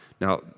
Now